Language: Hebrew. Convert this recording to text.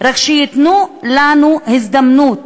רק שייתנו לנו הזדמנות.